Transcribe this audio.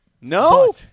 no